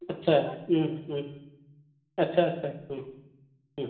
आच्चा आच्चा आच्चा